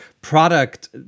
Product